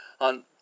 on